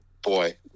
Boy